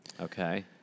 Okay